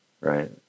right